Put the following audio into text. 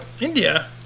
India